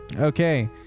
Okay